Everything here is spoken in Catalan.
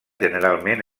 generalment